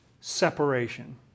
separation